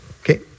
Okay